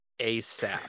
asap